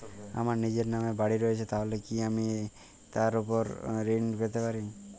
আমার নিজের নামে বাড়ী রয়েছে তাহলে কি আমি তার ওপর ঋণ পেতে পারি?